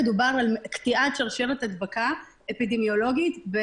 לגל שני במסגרת חקיקה ראשית.